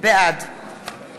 בעד